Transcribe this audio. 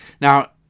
Now